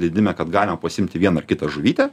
leidime kad galima pasiimti vieną ar kitą žuvytę